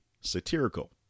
satirical